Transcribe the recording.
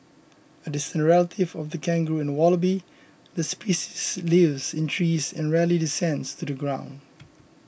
a distant relative of the kangaroo and wallaby the species lives in trees and rarely descends to the ground